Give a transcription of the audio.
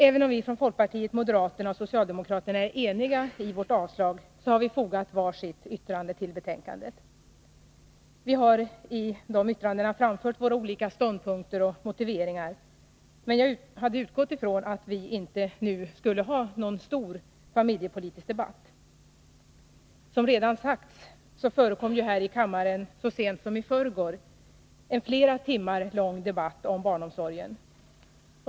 Även om vi från folkpartiet, moderaterna och socialdemokraterna är eniga i vårt avstyrkande har vi fogat var sitt yttrande till betänkandet. Vi har i dessa framfört våra olika ståndpunkter och motiveringar, men jag hade utgått från att vi inte nu skulle ha en stor familjepolitisk debatt. Som redan sagts hade vi så sent som i förrgår här i kammaren en flera timmar lång debatt om barnomsorgen.